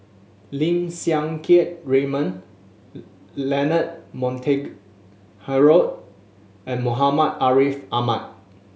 Lim Siang Keat Raymond Leonard Montague Harrod and Muhammad Ariff Ahmad